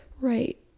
Right